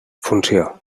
funció